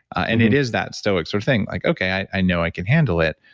and it is that stoic sort of thing, like, okay, i know i can handle it.